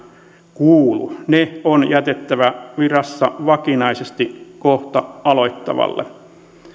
kuulu ne on jätettävä virassa vakinaisesti kohta aloittavalle